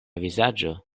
vizaĝo